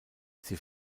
sie